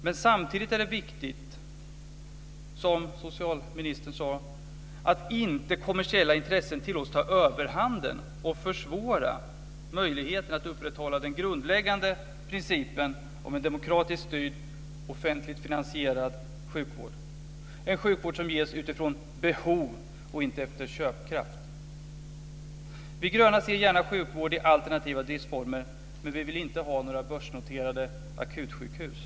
Men samtidigt är det viktigt som socialministern sade att inte kommersiella intressen tillåts ta överhanden och försvåra möjligheterna att upprätthålla den grundläggande principen om en demokratiskt styrd offentligt finansierad sjukvård, en sjukvård som ges utifrån behov och inte efter köpkraft. Vi gröna ser gärna sjukvård i alternativa driftsformer, men vi vill inte ha några börsnoterade akutsjukhus.